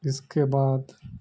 اس کے بعد